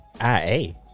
IA